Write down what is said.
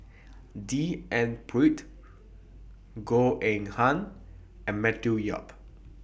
D N Pritt Goh Eng Han and Matthew Yap